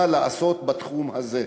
מה לעשות בתחום הזה.